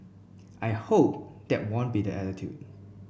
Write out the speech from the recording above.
I hope there won't be the attitude